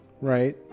right